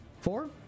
Four